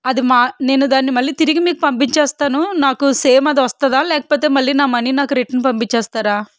అది మా నేను దాన్ని మళ్ళీ తిరిగి మీకు పంపించేస్తాను నాకు సేమ్ అదొస్తుందా లేకపోతే నా మనీ నాకు రిటన్ పంపించేస్తారా